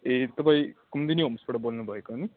ए तपाईँ कुमुदिनी होम्सबाट बोल्नु भएको नि